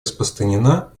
распространена